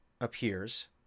appears